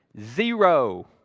Zero